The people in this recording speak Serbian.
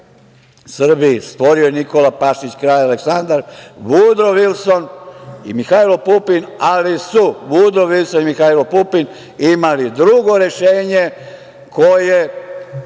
je stvorio Nikola Pašić i Kralj Aleksandar, Vudro Vilson i Mihailo Pupin, ali su Vudro Vilson i Mihailo Pupin imali drugo rešenje koje